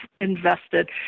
invested